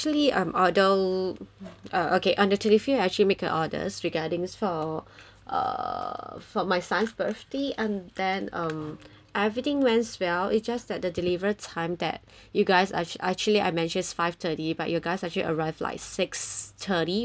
actually I've ordered ah okay um today I've actually make an orders regarding for uh for my son's birthday and then um everything went well it's just that the delivery time that you guys act~ actually I mentioned five thirty but your guys actually arrived like six thirty